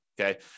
Okay